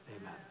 amen